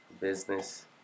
Business